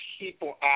people